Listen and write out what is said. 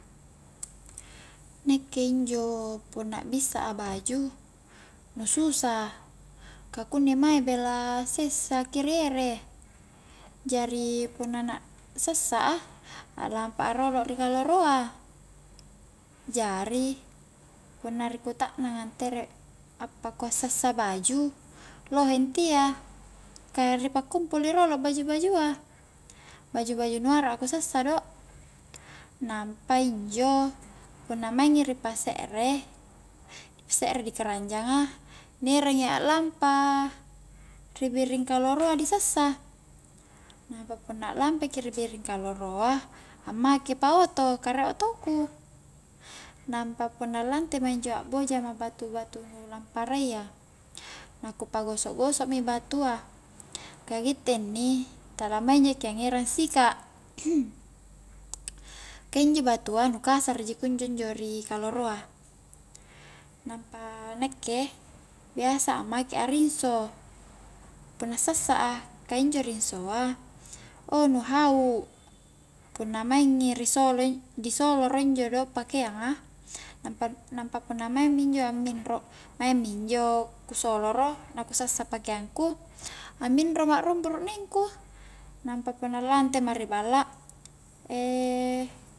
Nakke injo punna bissa a baju nu susa ka kunni mae bela sessa ki ri ere jari punna na sassa a aklampa a rolo dikaloroa jari punna di kutaknanga ntere pakua a sassa baju lohe intia, ka ri pakkumpulu ji rolo baju-bajua baju-baju nu arak a ku sassa do nampa injo punna maingi di pakse're, di paksere i di keranjanga di erangi aklampa ri biring kaloroa disassa nampa punna aklampaki ribiring kaloroa, ammake pa oto ka riek oto ku nampa punna lantema injo akboja ma batu-batu nu lamparayya na ku pa'gosok-gosok mi batua ka gitte inni tala maing jaki angerang sika' ka injo batua nu kasara ji kunjo-njo ri kaloroa nampa nakke biasa a make a rinso punna sassa a ka injo rinsoa ou nu hau' punna maingi risolo inj-disoloro injo do' pakeanga nampa punna maing mi injo amminro maing mi injo ku soloro na ku sassa pakeang ku, amminro ma rung burukneng ku nampa punna lante ma ri balla